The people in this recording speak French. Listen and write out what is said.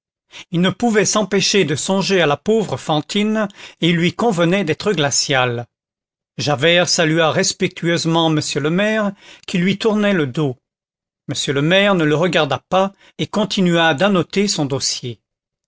il ne pouvait s'empêcher de songer à la pauvre fantine et il lui convenait d'être glacial javert salua respectueusement m le maire qui lui tournait le dos m le maire ne le regarda pas et continua d'annoter son dossier